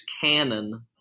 canon